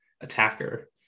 attacker